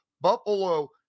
Buffalo